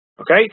Okay